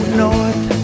north